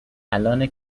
الانه